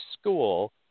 school